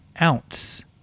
ounce